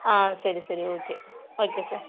ஆ சரி சரி okay okay sir